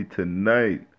tonight